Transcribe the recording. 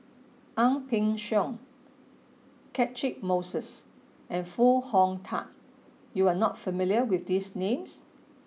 Ang Peng Siong Catchick Moses and Foo Hong Tatt you are not familiar with these names